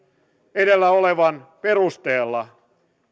edellä olevan perusteella